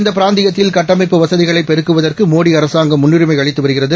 இந்தபிராந்தியத்தில்கட்டமைப்புவசதிகளைபெருக்குவதற்கு மோடிஅரசாங்கம்முன்னுரிமைஅளித்துவருகிறது